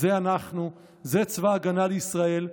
זה אנחנו, זה צבא ההגנה לישראל.